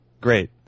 great